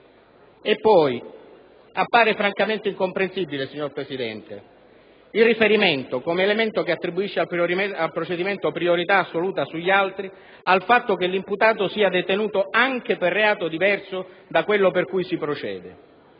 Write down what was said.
Appare poi francamente incomprensibile, signor Presidente, il riferimento, come elemento che attribuisce al procedimento priorità assoluta sugli altri, al fatto che l'imputato sia detenuto anche per reato diverso da quello per cui si procede.